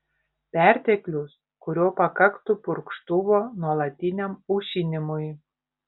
perteklius kurio pakaktų purkštuvo nuolatiniam aušinimui